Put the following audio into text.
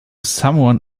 someone